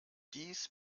dies